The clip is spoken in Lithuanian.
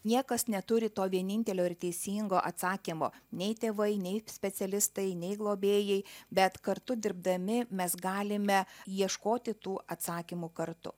niekas neturi to vienintelio ir teisingo atsakymo nei tėvai nei specialistai nei globėjai bet kartu dirbdami mes galime ieškoti tų atsakymų kartu